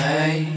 Hey